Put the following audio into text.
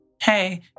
hey